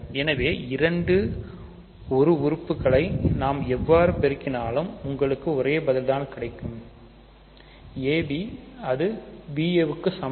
எனவே இரண்டு ஒரு உறுப்புகளை நாம் எவ்வாறு பெருக்கினாலும் உங்களுக்கு ஒரே பதில் கிடைக்கும் ab அது ba க்கு சமம்